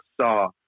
saw